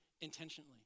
intentionally